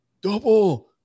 double